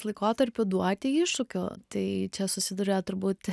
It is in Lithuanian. laikotarpiu duoti iššūkių tai čia susiduria turbūt